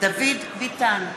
דוד ביטן,